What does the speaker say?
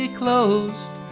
closed